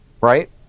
right